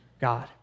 God